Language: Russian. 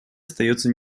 остается